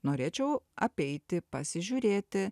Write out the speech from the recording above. norėčiau apeiti pasižiūrėti